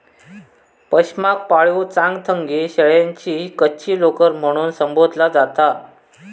पशमाक पाळीव चांगथंगी शेळ्यांची कच्ची लोकर म्हणून संबोधला जाता